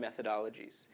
methodologies